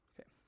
Okay